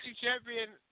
champion